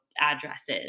addresses